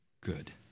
good